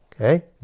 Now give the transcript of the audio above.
Okay